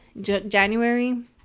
January